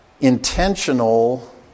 intentional